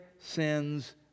sins